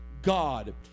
god